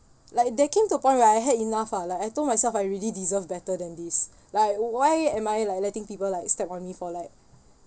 like there came to a point where I had enough ah like I told myself I really deserve better than this like why am I like letting people like step on me for like